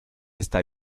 esta